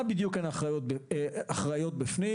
על מה בדיוק הן אחראיות בפנים